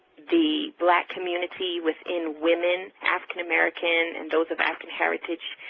the black community, within women, african american and those of african heritage,